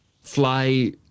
fly